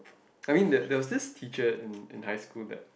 I mean there there was this teacher in in high school that